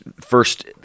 first